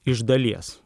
iš dalies